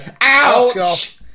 Ouch